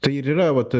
tai ir yra vat